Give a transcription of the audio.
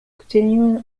continuing